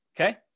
okay